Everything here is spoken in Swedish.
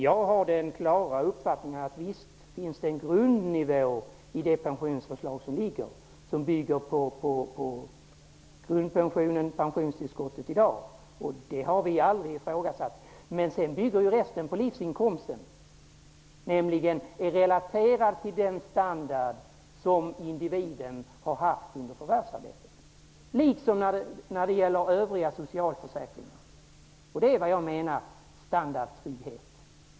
Jag har den klara uppfattningen att det visst finns en grundnivå i det pensionsförslag som ligger, som bygger på grundpension och pensionstillskott i dag. Det har vi aldrig ifrågasatt. Men sedan bygger resten, liksom inom övriga socialförsäkringar, på livsinkomsten, relaterad till den standard som individen har haft under förvärvsarbetet. Detta är vad jag menar med standardtrygghet.